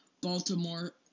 Baltimore